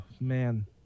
man